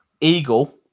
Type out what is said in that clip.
Eagle